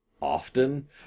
often